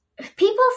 people